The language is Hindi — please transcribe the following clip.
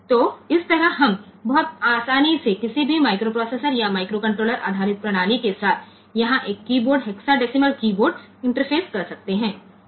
तो इस तरह हम बहुत आसानी से किसी भी माइक्रोप्रोसेसर या माइक्रोकंट्रोलर आधारित प्रणाली के साथ यहाँ एक कीबोर्ड हेक्साडेसिमल कीबोर्ड इंटरफेस कर सकते हैं